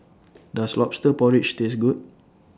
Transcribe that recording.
Does Lobster Porridge Taste Good